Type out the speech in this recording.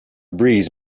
breeze